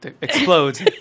Explodes